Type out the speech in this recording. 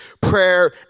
prayer